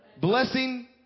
blessing